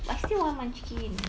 but I still want munchkin